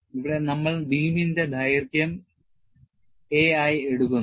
ഇവിടെ നമ്മൾ ബീമിന്റെ ദൈർഘ്യം a ആയി എടുക്കുന്നു